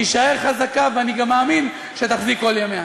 תישאר חזקה ואני גם מאמין שתחזיק כל ימיה.